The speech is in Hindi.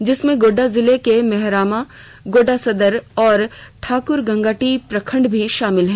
जिसमें गोड्डा जिले के मेहरमा गोड्डा सदर और ठाकुर गंगटी प्रखंड भी शामिल है